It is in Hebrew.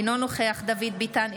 אינו נוכח דוד ביטן,